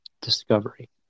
discovery